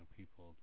people